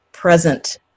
present